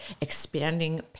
expanding